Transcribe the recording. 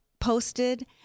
posted